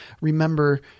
remember